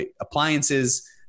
appliances